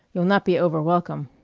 you'll not be over welcome.